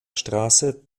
straße